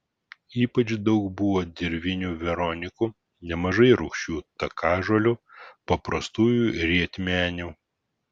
ypač daug buvo dirvinių veronikų nemažai rūgčių takažolių paprastųjų rietmenių